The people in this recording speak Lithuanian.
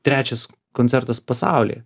trečias koncertas pasauly